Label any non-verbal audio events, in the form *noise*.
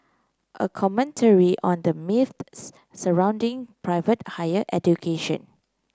a commentary on the myths *unintelligible* surrounding private higher education